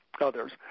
others